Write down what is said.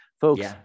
folks